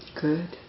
Good